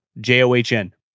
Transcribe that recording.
J-O-H-N